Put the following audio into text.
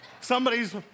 Somebody's